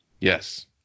Yes